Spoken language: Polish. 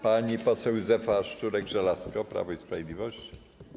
Pani poseł Józefa Szczurek-Żelazko, Prawo i Sprawiedliwość.